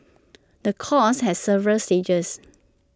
the course has several stages